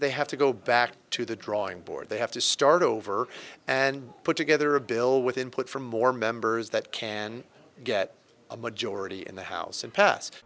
they have to go back to the drawing board they have to start over and put together a bill with input from more members that can get a majority in the house and pass